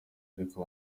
ariko